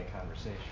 conversation